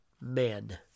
men